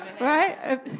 right